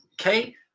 okay